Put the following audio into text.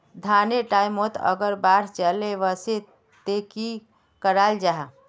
धानेर टैमोत अगर बान चले वसे ते की कराल जहा?